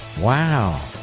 Wow